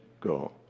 go